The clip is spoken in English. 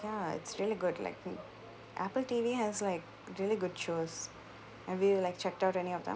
ya it's really good like uh apple T_V has like really good shows have you like checked out any of them